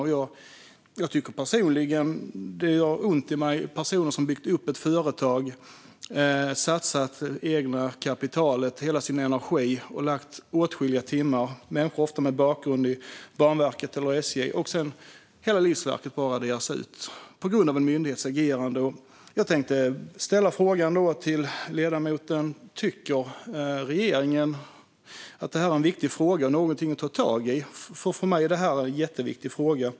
Det gör ont i mig att höra om personer - ofta med bakgrund i Banverket eller SJ - som byggt upp ett företag, satsat hela sitt kapital och all sin energi och lagt ned åtskilliga timmar och sedan får se hela livsverket bara raderas ut på grund av en myndighets agerande. Jag tänkte ställa frågan till ledamoten om regeringen tycker att det här är en viktig fråga och något att ta tag i. För mig är det en jätteviktig fråga.